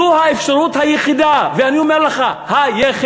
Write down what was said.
זו האפשרות היחידה, ואני אומר לך היחידה,